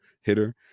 hitter